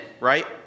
right